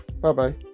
Bye-bye